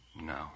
No